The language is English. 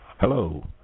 Hello